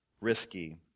risky